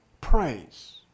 praise